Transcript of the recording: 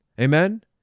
Amen